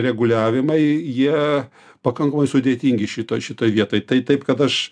reguliavimai jie pakankamai sudėtingi šitoj šitoj vietoj tai taip kad aš